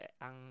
ang